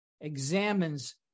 examines